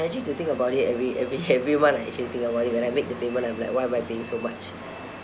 ya I actually used to think about it every every every month I actually think about it when I make the payment I'm like why am paying so much